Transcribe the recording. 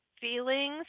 feelings